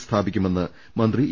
കൾ സ്ഥാപിക്കുമെന്ന് മന്ത്രി ഇ